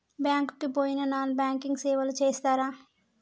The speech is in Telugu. బ్యాంక్ కి పోయిన నాన్ బ్యాంకింగ్ సేవలు చేస్తరా?